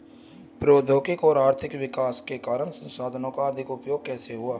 प्रौद्योगिक और आर्थिक विकास के कारण संसाधानों का अधिक उपभोग कैसे हुआ है?